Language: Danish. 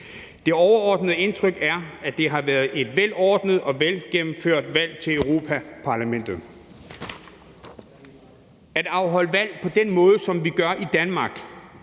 Det overordnede indtryk er, at det har været et velordnet og velgennemført valg til Europa-Parlamentet. At afholde valg på den måde, som vi gør i Danmark,